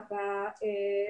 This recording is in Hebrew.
שמחאי,